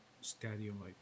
stadium